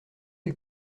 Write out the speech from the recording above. les